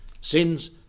sins